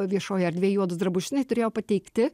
viešojoj erdvėj juodus drabužius jinai turėjo pateikti